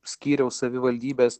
skyriaus savivaldybės